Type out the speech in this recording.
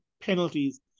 penalties